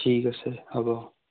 ঠিক আছে হ'ব